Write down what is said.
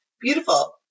beautiful